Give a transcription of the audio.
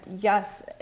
Yes